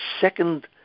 second